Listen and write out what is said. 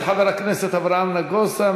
של חבר הכנסת אברהם נגוסה,